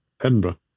Edinburgh